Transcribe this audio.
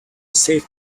saved